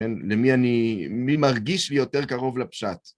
למי אני, מי מרגיש לי יותר קרוב לפשט?